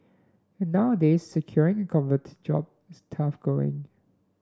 and nowadays securing a coveted job is tough going